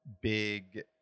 big